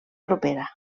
propera